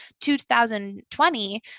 2020